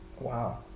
Wow